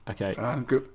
Okay